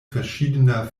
verschiedener